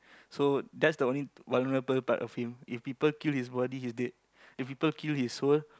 so that's the only vulnerable part of him if people kill his body he's dead if people kill his soul